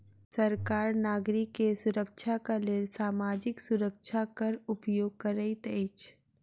सरकार नागरिक के सुरक्षाक लेल सामाजिक सुरक्षा कर उपयोग करैत अछि